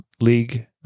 League